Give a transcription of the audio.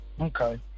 Okay